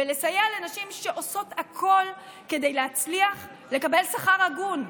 בסיוע לנשים שעושות הכול כדי להצליח לקבל שכר הגון.